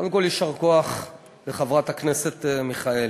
קודם כול, יישר כוח לחברת הכנסת מיכאלי.